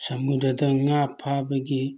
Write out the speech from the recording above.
ꯁꯃꯨꯗ꯭ꯔꯗ ꯉꯥ ꯐꯥꯕꯗꯤ